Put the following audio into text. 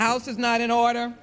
house is not in order